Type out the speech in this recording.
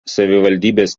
savivaldybės